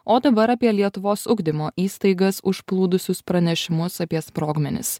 o dabar apie lietuvos ugdymo įstaigas užplūdusius pranešimus apie sprogmenis